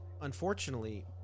unfortunately